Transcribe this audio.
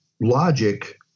logic